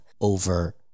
over